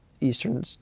Eastern